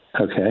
Okay